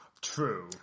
true